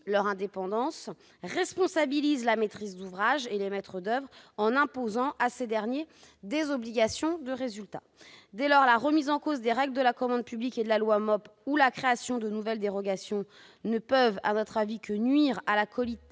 leur indépendance, responsabilise la maîtrise d'ouvrage et les maîtres d'oeuvre en imposant à ces derniers des obligations de résultat. Dès lors, la remise en cause des règles de la commande publique et de la loi MOP ou la création de nouvelles dérogations ne peuvent que nuire à la qualité